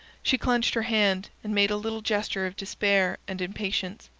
she clenched her hand, and made a little gesture of despair and impatience.